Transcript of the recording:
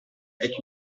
est